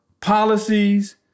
policies